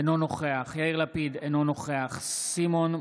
אינו נוכח יאיר לפיד, אינו נוכח סימון מושיאשוילי,